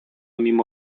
мимо